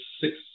six